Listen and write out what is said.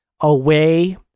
away